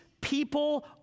people